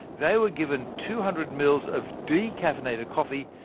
they were given two hundred ml of decaffeinated coffee,